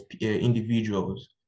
individuals